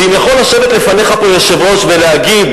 ואם יכול לשבת לפניך פה יושב-ראש ולהגיד